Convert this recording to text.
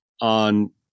on